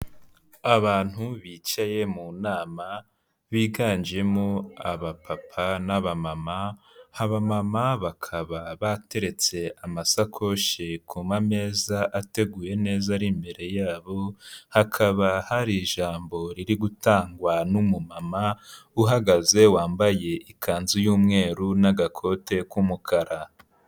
Abantu bicaye mu nama biganjemo aba papa n'aba mama ba mama bakaba bateretse amasakoshi ku ma meza ateguye neza ari imbere yabo hakaba hari ijambo riri gutangwa n'umumama uhagaze wambaye ikanzu y'umweru n'agakote k'umukara.